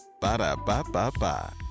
Ba-da-ba-ba-ba